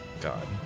God